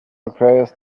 requires